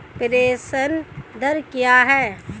प्रेषण दर क्या है?